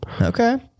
okay